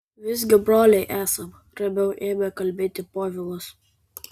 visgi broliai esam ramiau ėmė kalbėti povilas